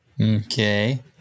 Okay